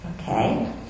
Okay